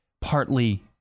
partly